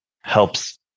helps